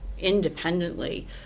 independently